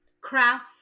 craft